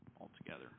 altogether